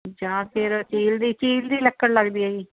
ਜਾਂ ਫਿਰ ਸੀਲ ਦੀ ਸੀਲ ਦੀ ਲੱਕੜ ਲੱਗਦੀ ਹੈ ਜੀ